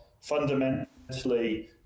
fundamentally